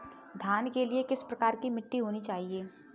धान के लिए किस प्रकार की मिट्टी होनी चाहिए?